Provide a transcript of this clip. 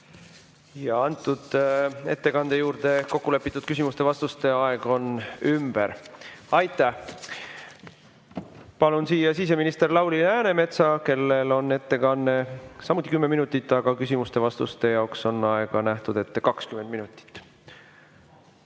Antud ettekande juurde kokkulepitud küsimuste ja vastuste aeg on ümber. Aitäh! Palun siia siseminister Lauri Läänemetsa, kellel on ettekanne samuti 10 minutit, aga küsimuste ja vastuste jaoks on aega ette nähtud 20 minutit.